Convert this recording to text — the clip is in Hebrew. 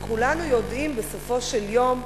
וכולנו יודעים בסופו של יום,